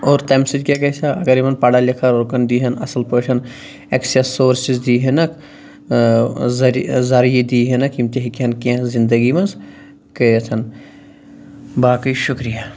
اور تَمہِ سۭتۍ کیٛاہ گَژھہِ ہا اگر یِمَن پَڑھا لِکھا لوٗکَن دِی ہان اصٕل پٲٹھۍ ایٚکسیٚس سورسِز دی ہانَکھ ٲں ذٔریعہِ دی ہانَکھ یِم تہِ ہیٚکہِ ہین کیٚنٛہہ زِنٛدگی منٛز کٔرِتھ باقٕے شُکریہ